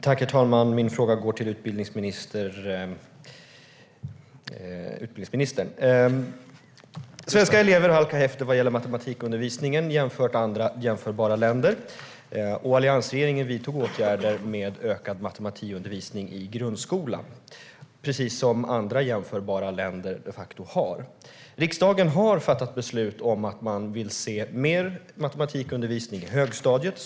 Herr talman! Min fråga går till utbildningsministern. Svenska elever halkar efter vad gäller matematikundervisningen, jämfört med andra jämförbara länder. Alliansregeringen vidtog åtgärder med ökad matematikundervisning i grundskolan, precis som andra jämförbara länder de facto har. Riksdagen har fattat beslut om att man vill se mer matematikundervisning i högstadiet.